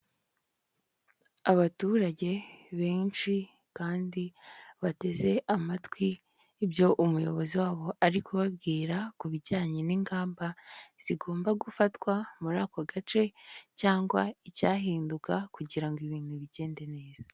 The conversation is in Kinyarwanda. Abaturage benshi kandi bateze amatwi ibyo umuyobozi wabo ari kubabwira ku bijyanye n'ingamba zigomba gufatwa muri ako gace cyangwa icyahinduka kugira ngo ibintu bigende neza.